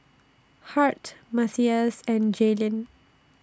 Hart Mathias and Jaelynn